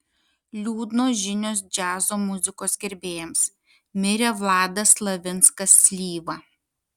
liūdnos žinios džiazo muzikos gerbėjams mirė vladas slavinskas slyva